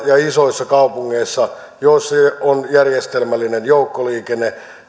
ja isoissa kaupungeissa joissa on järjestelmällinen joukkoliikenne